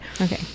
Okay